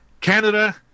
Canada